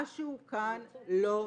משהו כאן לא תקין.